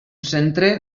centre